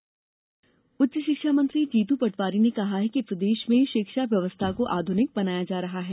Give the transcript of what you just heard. smart college उच्च शिक्षा मंत्री जीतू पटवारी ने कहा है कि प्रदेश में शिक्षा व्यवस्था को आधुनिक बनाया जा रहा है